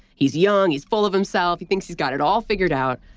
he's young, he's full of himself, he thinks he's got it all figured out.